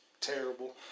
terrible